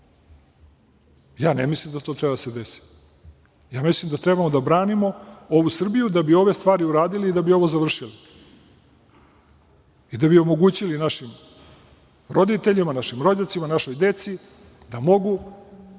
Ne mislim da to treba da se desi. Mislim da treba da branimo ovu Srbiju da bi ove stvari uradili i da bi ovo završili i da bi omogućili našim roditeljima, našim rođacima, našoj deci da mogu